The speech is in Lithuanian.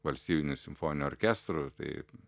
valstybiniu simfoniniu orkestru tai